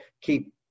keep